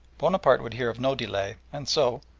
bonaparte would hear of no delay, and so,